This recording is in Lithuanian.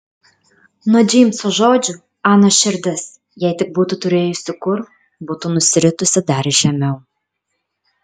nuo džeimso žodžių anos širdis jei tik būtų turėjusi kur būtų nusiritusi dar žemiau